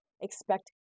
expect